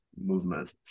movement